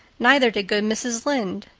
neither did good mrs. lynde.